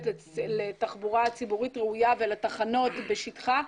לתחבורה ציבורית ראויה ולתחנות בשטחה,